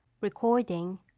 Recording